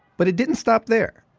but it didn't stop there.